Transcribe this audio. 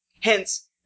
hence